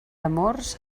amors